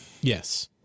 Yes